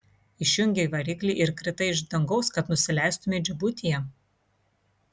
išjungei variklį ir kritai iš dangaus kad nusileistumei džibutyje